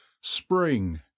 spring